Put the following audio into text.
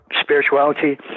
spirituality